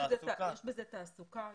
יש בזה תעסוקה,